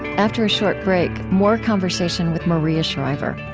after a short break, more conversation with maria shriver.